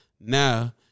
Now